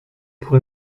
pour